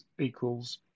equals